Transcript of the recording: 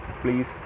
please